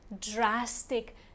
drastic